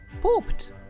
pooped